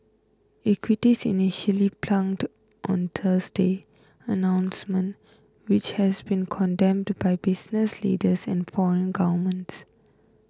equities initially plunged on Thursday announcement which has been condemned by business leaders and foreign governments